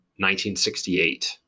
1968